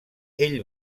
ell